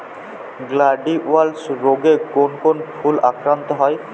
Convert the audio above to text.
Gladiolus রোগে কোন কোন ফুল আক্রান্ত হয়?